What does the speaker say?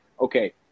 Okay